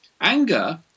Anger